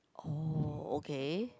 oh okay